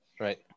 Right